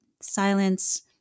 silence